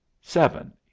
Seven